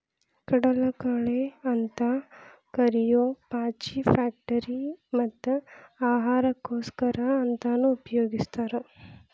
ಕಡಲಕಳೆ ಅಂತ ಕರಿಯೋ ಪಾಚಿ ಫ್ಯಾಕ್ಟರಿ ಮತ್ತ ಆಹಾರಕ್ಕೋಸ್ಕರ ಅಂತಾನೂ ಉಪಯೊಗಸ್ತಾರ